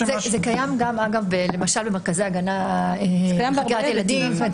זה קיים גם למשל במרכזי הגנה על ילדים.